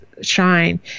shine